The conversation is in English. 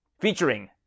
featuring